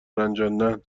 رنجاندن